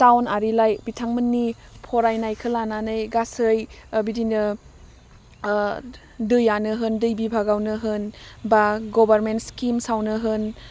टाउनआरिलाय बिथांमोननि फरायनायखो लानानै गासै बिदिनो दैयानो होन दै बिभागावनो होन बा गभारमेन्ट सिकिमसआवनो होन